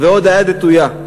ועוד היד נטויה.